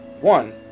One